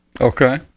Okay